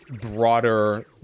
broader